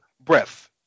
breath